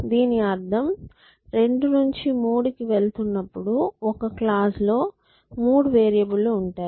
దీని అర్థం 2 నుంచి 3 కి వెళ్తున్నపుడు ఒక క్లాజ్ లో 3 వేరియబుల్ లు ఉంటాయి